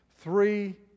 three